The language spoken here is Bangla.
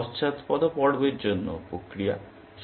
এটি পশ্চাৎপদ পর্বের জন্য প্রক্রিয়া